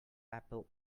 apple